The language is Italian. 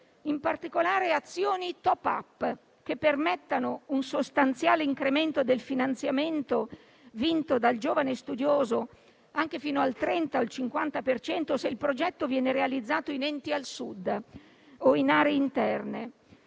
In particolare, azioni *top-up* che permettano un sostanziale incremento del finanziamento vinto dal giovane studioso, anche fino al 30-50 per cento, se il progetto viene realizzato in enti al Sud o in aree interne.